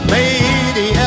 Lady